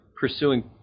pursuing